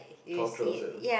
cultural sense